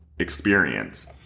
experience